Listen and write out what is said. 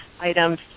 items